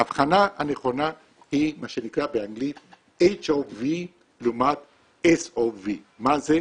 ההבחנה הנכונה היא מה שנקרא באנגלית HOV לעומת SOV. מה זה?